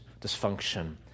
dysfunction